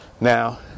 Now